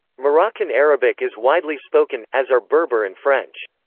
moroccan arabic is widely spoken, as are berber and french.